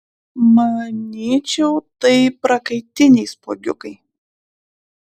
manyčiau tai prakaitiniai spuogiukai